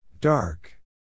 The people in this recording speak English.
Dark